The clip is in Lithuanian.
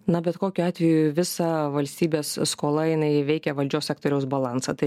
na bet kokiu atveju visa valstybės skola jinai įveikia valdžios sektoriaus balansą tai